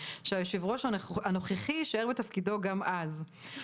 שיושב הראש הנוכחי יישאר בתפקידו גם אז..".